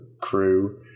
crew